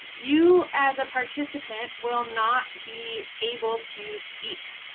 you as a participant will not be able to speak.